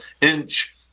inch